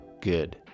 good